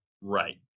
Right